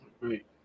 Right